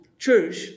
Church